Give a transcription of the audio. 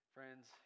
Friends